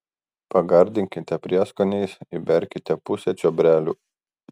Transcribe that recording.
pagardinkite prieskoniais įberkite pusę čiobrelių